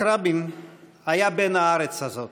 יצחק רבין היה בן הארץ הזאת